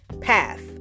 path